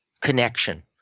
connection